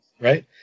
right